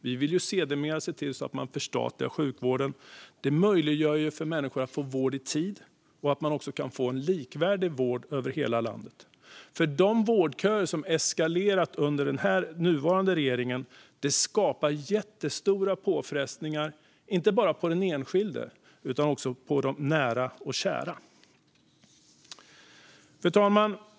Vi vill sedermera se till att förstatliga vården. Det möjliggör ju för människor att få vård i tid och att man också kan få en likvärdig vård över hela landet, för de vårdköer som eskalerat under den nuvarande regeringen skapar jättestora påfrestningar, inte bara på den enskilde utan också på de nära och kära. Fru talman!